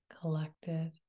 collected